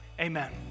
Amen